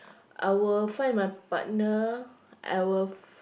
I will find my partner I will